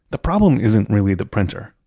the problem isn't really the printer,